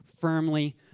firmly